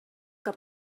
que